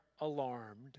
alarmed